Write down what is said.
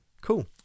cool